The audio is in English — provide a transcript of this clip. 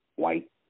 White